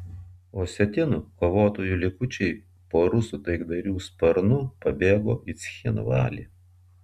osetinų kovotojų likučiai po rusų taikdarių sparnu pabėgo į cchinvalį